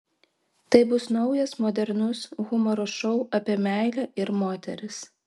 tai bus naujas modernus humoro šou apie meilę ir moteris